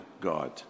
God